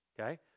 okay